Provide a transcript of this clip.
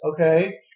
Okay